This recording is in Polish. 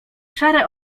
szare